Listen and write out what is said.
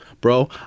Bro